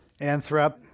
Anthrop